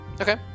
Okay